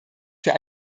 für